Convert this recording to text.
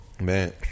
Man